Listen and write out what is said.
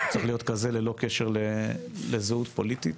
צריך להיות כזה ללא קשר לזהות פוליטית